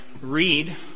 read